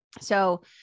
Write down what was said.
so-